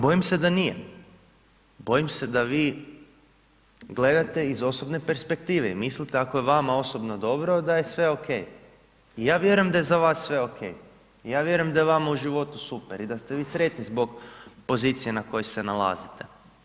Bojim se da nije, bojim se da vi gledate iz osobne perspektive i mislite ako je vama osobno dobro, da je sve ok i ja vjerujem da je za vas sve ok i ja vjerujem da je vama u životu super i da ste vi sretni zbog pozicije u kojoj se nalazite.